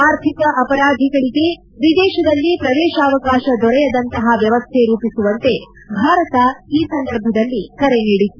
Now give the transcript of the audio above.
ಆರ್ಥಿಕ ಅಪರಾಧಿಗಳಿಗೆ ವಿದೇಶದಲ್ಲಿ ಪ್ರವೇಶಾವಕಾಶ ದೊರೆಯದಂತಹ ವ್ವವಸ್ಥೆ ರೂಪಿಸುವಂತೆ ಭಾರತ ಈ ಸಂದರ್ಭದಲ್ಲಿ ಕರೆ ನೀಡಿತ್ತು